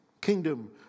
Kingdom